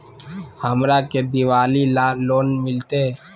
हमरा के दिवाली ला लोन मिलते?